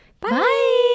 Bye